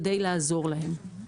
כדי לעזור להם.